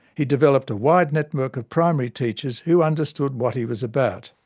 he developed a wide network of primary teachers who understood what he was about.